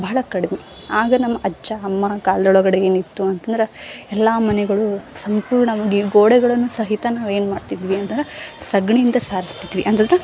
ಬಹಳ ಕಡಿಮೆ ಆಗ ನಮ್ಮ ಅಜ್ಜ ಅಮ್ಮ ಕಾಲದೊಳಗಡೆ ಏನಿತ್ತು ಅಂತಂದ್ರೆ ಎಲ್ಲಾ ಮನೆಗಳು ಸಂಪೂರ್ಣವಾಗಿ ಗೋಡೆಗಳನ್ನು ಸಹಿತ ನಾವು ಏನು ಮಾಡ್ತಿದ್ವಿ ಅಂತಂದ್ರೆ ಸಗಣಿಯಿಂದ ಸಾರ್ಸ್ತಿದ್ವಿ ಅಂತಂದ್ರೆ